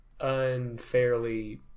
unfairly